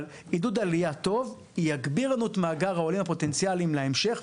אבל עידוד עלייה טוב יגביר לנו את מאגר העולים הפוטנציאליים להמשך,